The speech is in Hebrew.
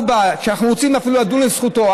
כשאנחנו רוצים אפילו לדון לזכותו,